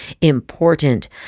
important